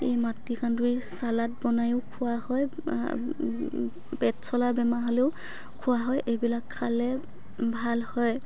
এই মাটি কান্দুৰী চালাড বনাইয়ো খোৱা হয় পেট চলা বেমাৰ হ'লেও খোৱা হয় এইবিলাক খালে ভাল হয়